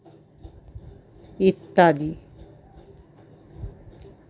ইত্যাদি